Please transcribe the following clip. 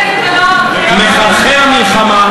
"מחרחר מלחמה".